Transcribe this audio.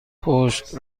پشت